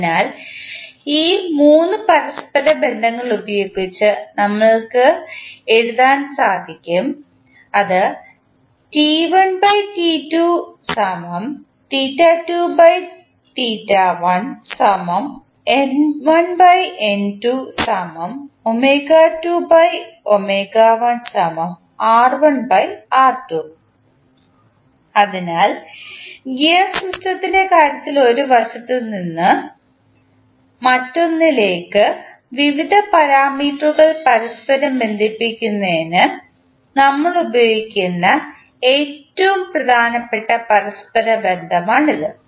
അതിനാൽ ഈ 3 പരസ്പര ബന്ധങ്ങൾ ഉപയോഗിച്ച് നമുക്ക് അത് എഴുതാം അതിനാൽ ഗിയർ സിസ്റ്റത്തിൻറെ കാര്യത്തിൽ ഒരു വശത്ത് നിന്ന് മറ്റൊന്നിലേക്ക് വിവിധ പാരാമീറ്ററുകൾ പരസ്പരം ബന്ധിപ്പിക്കുന്നതിന് നമ്മൾ ഉപയോഗിക്കുന്ന ഏറ്റവും പ്രധാനപ്പെട്ട പരസ്പര ബന്ധമാണിത്